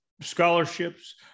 scholarships